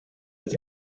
its